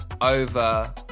over